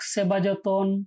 Sebajaton